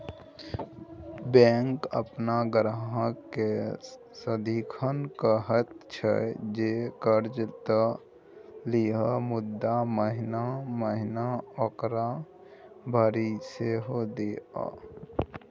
bank अपन ग्राहककेँ सदिखन कहैत छै जे कर्जा त लिअ मुदा महिना महिना ओकरा भरि सेहो दिअ